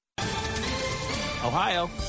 Ohio